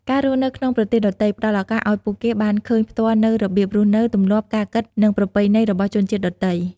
ការរស់នៅក្នុងប្រទេសដទៃ ផ្ដល់ឱកាសឱ្យពួកគេបានឃើញផ្ទាល់នូវរបៀបរស់នៅ ទម្លាប់ ការគិត និងប្រពៃណីរបស់ជនជាតិដទៃ។